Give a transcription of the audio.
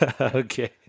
okay